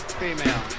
female